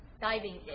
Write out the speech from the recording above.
Diving